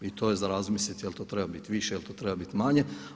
I to je za razmisliti jel' to treba biti više, jel' to treba biti manje.